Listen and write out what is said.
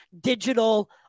digital